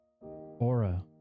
aura